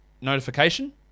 notification